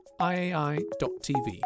iai.tv